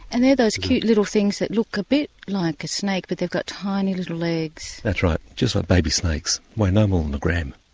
and they are those cute little things that look a bit like a snake but they've got tiny little legs. that's right, just like baby snakes, weigh no more that a gram,